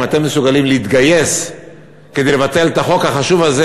אם אתם מסוגלים להתגייס כדי לבטל את החוק החשוב הזה,